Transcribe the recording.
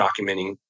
documenting